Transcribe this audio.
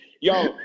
Yo